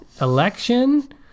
election